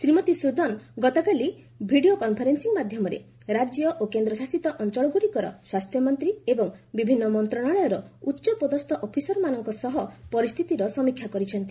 ଶ୍ରୀମତୀ ସୁଦ୍ଦନ ଗତକାଲି video conferencing ମାଧ୍ୟମରେ ରାଜ୍ୟ ଓ କେନ୍ଦ୍ରଶାସିତ ଅଞ୍ଚଳଗୁଡ଼ିକର ସ୍ୱାସ୍ଥ୍ୟମନ୍ତ୍ରୀ ଏବଂ ବିଭିନ୍ନ ମନ୍ତ୍ରଶାଳୟର ଉଚ୍ଚପଦସ୍ଥ ଅଫିସରମାନଙ୍କ ସହ ପରିସ୍ଥିତିର ସମୀକ୍ଷା କରିଛନ୍ତି